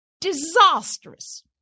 Disastrous